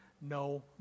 no